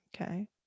Okay